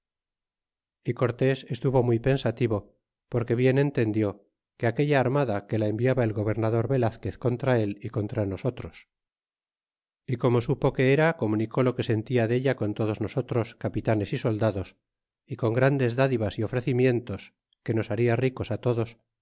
é ortés estuvo muy pensativo porque bien entendió que aquella armada que la enviaba el gobernador velazquez contra el y contra nosotros y como supo que era comunicó lo que sen tia della con todos nosotros capitanes y soldados y con grandes dádivas y ofrecimientos que nos liarla ricos á todos